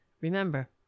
Remember